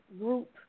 group